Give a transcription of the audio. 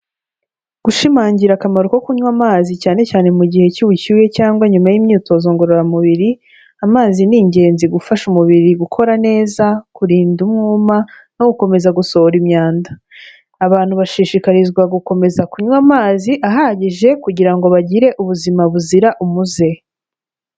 Gushimangira akamaro ko kunywa amazi cyane cyane mu gihe cy'ubushyuhe cyangwa nyuma y'imyitozo ngororamubiri, amazi ni ingenzi gufasha umubiri gukora neza, kurinda umwuma no gukomeza gusohora imyanda, abantu bashishikarizwa gukomeza kunywa amazi ahagije kugirango bagire ubuzima buzira umuze.